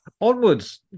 Onwards